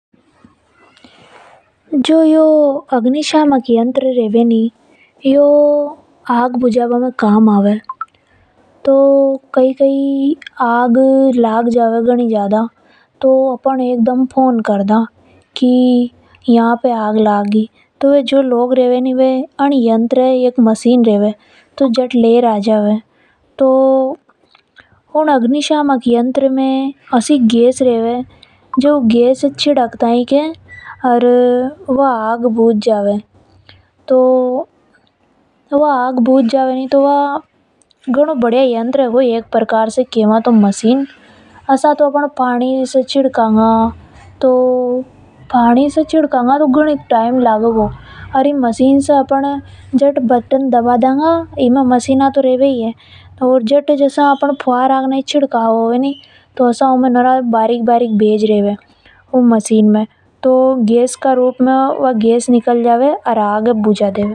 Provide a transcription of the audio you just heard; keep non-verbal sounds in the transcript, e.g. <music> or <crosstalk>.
जो यो अग्निशामक यंत्र होवे। <noise> नी यो आग बुझा भा में काम आवे। कई कई आग लाग जावे तो तुरंत यि मशीन जीने यंत्र भी केवे वो मशीन मांगा लेवे और जल्दी आग बुझा देवे। ई अग्निशामक यंत्र में एक तरह की गैस रेवे जीसे छिड़कते ही आग बुझ जावे। आसा तो पानी से तो गणी देर लगे आग बुझाने में इसलिए यो यंत्र गणों काम आवे।